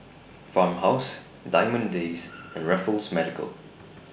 Farmhouse Diamond Days and Raffles Medical